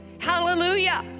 Hallelujah